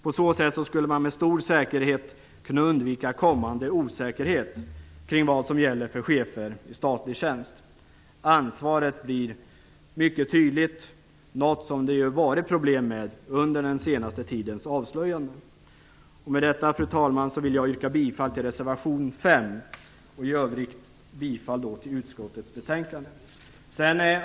På så sätt skulle man med stor säkerhet kunna undvika kommande osäkerhet kring vad som gäller för chefer i statlig tjänst. Ansvaret blir mycket tydligt, något som det varit problem med under den senaste tidens avslöjanden. Fru talman! Med detta vill jag yrka bifall till reservation 5 och i övrigt till utskottets hemställan.